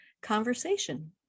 conversation